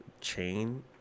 chain